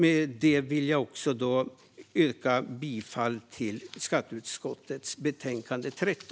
Med detta vill jag yrka bifall till förslaget i skatteutskottets betänkande 13.